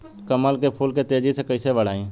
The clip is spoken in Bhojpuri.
कमल के फूल के तेजी से कइसे बढ़ाई?